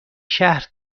شهر